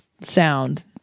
sound